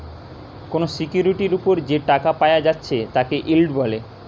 কোনো সিকিউরিটির উপর যে টাকা পায়া যাচ্ছে তাকে ইল্ড বলে